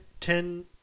ten